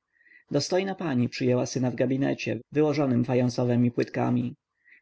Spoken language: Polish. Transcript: głowy dostojna pani przyjęła syna w gabinecie wyłożonym fajansowemi płytami